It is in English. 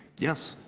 yes.